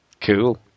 Cool